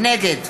נגד